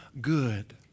good